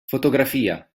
fotografia